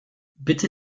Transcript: bitte